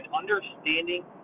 understanding